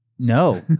No